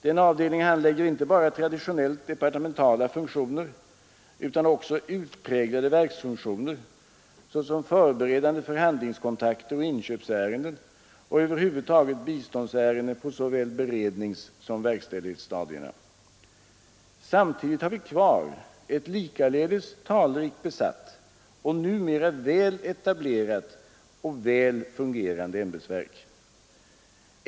Denna avdelning handlägger inte bara traditionellt departementala funktioner utan också utpräglade verksfunktioner, såsom förberedande förhandlingskontakter och inköpsärenden och över huvud taget biståndsärenden på såväl beredningssom verkställighetsstadierna. Samtidigt har vi kvar ett likaledes talrikt besatt och numera väl etablerat och väl fungerande ämbetsverk.